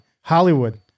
Hollywood